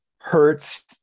hurts